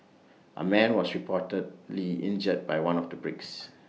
A man was reportedly injured by one of the bricks